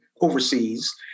overseas